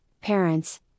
parents